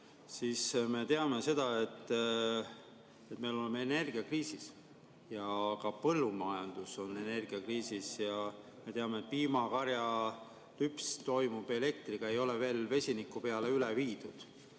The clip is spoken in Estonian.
Me teame seda, et me oleme energiakriisis ja ka põllumajandus on energiakriisis, ja me teame, et piimakarjalüps toimub elektriga, seda ei ole veel vesiniku peale üle viidud.